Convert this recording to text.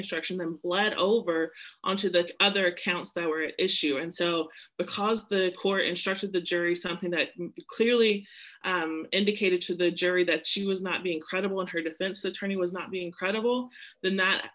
instruction and lead over onto the other counts they were issue and so because the core instructed the jury something that clearly indicated to the jury that she was not being credible in her defense attorney was not being credible the